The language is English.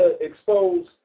expose